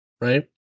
right